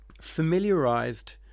familiarized